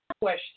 question